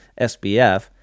SBF